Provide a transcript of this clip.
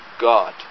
God